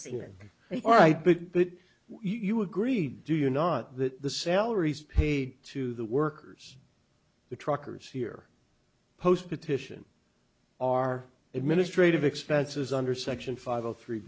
senior all right big bit you agreed do you not that the salaries paid to the workers the truckers here post petition are administrative expenses under section five zero three